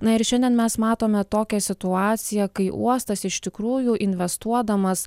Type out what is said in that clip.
na ir šiandien mes matome tokią situaciją kai uostas iš tikrųjų investuodamas